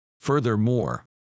Furthermore